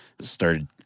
started